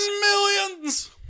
Millions